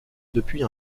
depuis